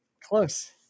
Close